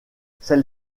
celle